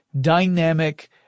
dynamic